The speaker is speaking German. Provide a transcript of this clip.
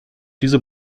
diese